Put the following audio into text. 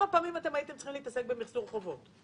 פעמים הייתם צריכים לעסוק במחזור חובות?